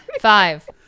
Five